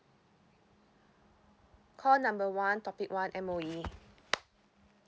call number one topic one M_O_E